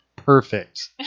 Perfect